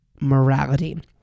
morality